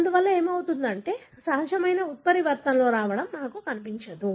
అందువల్ల సహజమైన ఉత్పరివర్తనలు రావడం మీకు కనిపించదు